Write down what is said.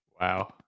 Wow